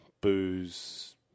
booze